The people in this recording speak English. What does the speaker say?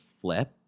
flip